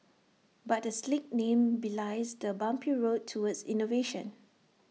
but the slick name belies the bumpy road towards innovation